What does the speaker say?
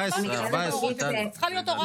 התגובה איננה צריכה להגיע ממקום של רגש,